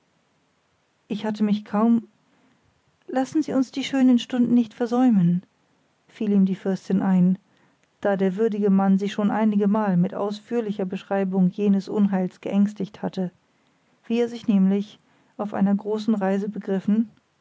ich hatte mich kaum lassen sie uns die schönen stunden nicht versäumen fiel ihm die fürstin ein da der würdige mann sie schon einigemal mit ausführlicher beschreibung jenes unheils geängstigt hatte wie er sich nämlich auf einer großen reise begriffen